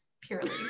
purely